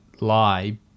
lie